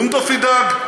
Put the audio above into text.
אונדו"ף ידאג?